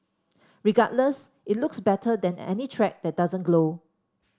regardless it looks better than any track that doesn't glow